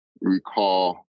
recall